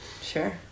Sure